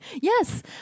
Yes